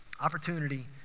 Opportunity